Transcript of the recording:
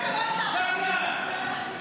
הי,